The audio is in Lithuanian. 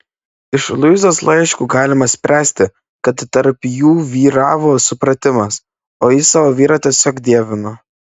iš luizos laiškų galime spręsti kad tarp jų vyravo supratimas o ji savo vyrą tiesiog dievino